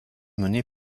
mené